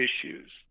issues